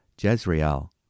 Jezreel